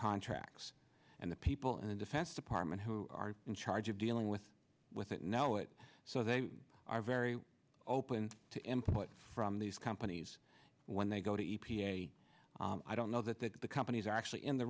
contracts and the people in the defense department who are in charge of dealing with with it know it so they are very open to input from these companies when they go to e p a i don't know that the companies are actually in the